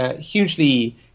hugely